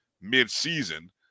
mid-season